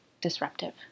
disruptive